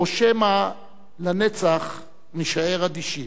או שמא לנצח נישאר אדישים?